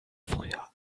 früher